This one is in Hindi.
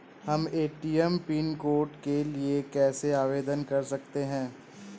हम ए.टी.एम पिन कोड के लिए कैसे आवेदन कर सकते हैं?